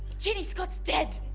ginny, scott's dead!